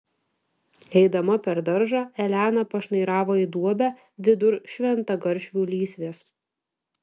eidama per daržą elena pašnairavo į duobę vidur šventagaršvių lysvės